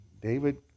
David